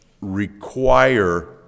require